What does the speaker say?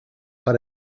per